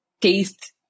taste